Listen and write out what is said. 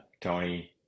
Tony